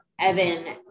Evan